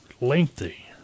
lengthy